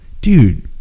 dude